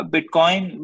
Bitcoin